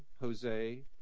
Jose